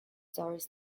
stories